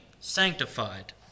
sanctified